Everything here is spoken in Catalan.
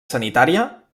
sanitària